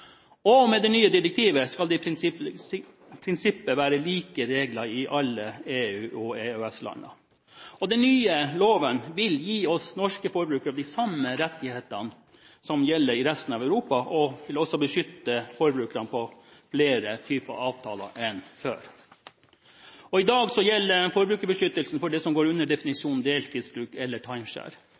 Med det nye direktivet skal det i prinsippet være like regler i alle EU- og EØS-land. Den nye loven vil gi oss norske forbrukere de samme rettighetene som gjelder i resten av Europa, og den vil også beskytte forbrukerne ved flere typer avtaler enn før. I dag gjelder forbrukerbeskyttelsen for det som går under definisjonen deltidsbruk – eller